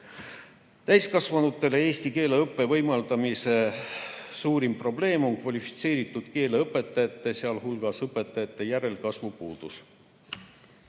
"Täiskasvanutele eesti keele õppe võimaldamise suurim probleem on kvalifitseeritud keeleõpetajate, sh õpetajate järelkasvu puudus."